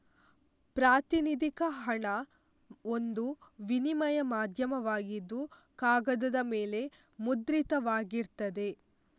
ಪ್ರಾತಿನಿಧಿಕ ಹಣ ಒಂದು ವಿನಿಮಯ ಮಾಧ್ಯಮವಾಗಿದ್ದು ಕಾಗದದ ಮೇಲೆ ಮುದ್ರಿತವಾಗಿರ್ತದೆ